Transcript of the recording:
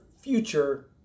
future